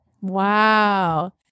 Wow